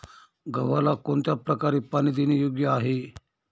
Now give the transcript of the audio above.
गव्हाला कोणत्या प्रकारे पाणी देणे योग्य आहे?